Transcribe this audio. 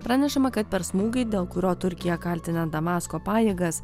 pranešama kad per smūgį dėl kurio turkija kaltina damasko pajėgas